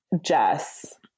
Jess